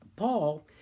Paul